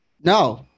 No